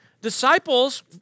Disciples